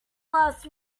last